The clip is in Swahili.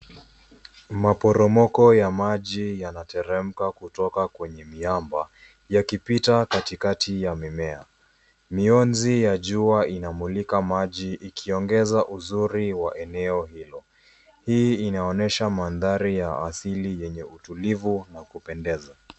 Maporomoko ya maji yanateremka kutoka kwenye miamba yakipita katikati ya mimea. Mionzi ya jua inamulika maji ikiongeza uzuri wa miamba hiyo. Hii inaonyesha mandhari ya asili yenye utulivu na ya kupendeza.